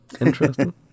Interesting